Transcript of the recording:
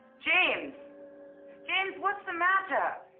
james james, what's the matter?